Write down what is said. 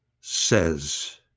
says